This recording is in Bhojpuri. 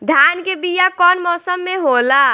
धान के बीया कौन मौसम में होला?